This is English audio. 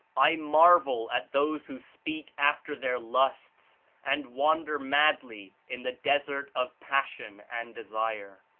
i marvel at those who speak after their lusts and wander madly in the desert of passion and desire.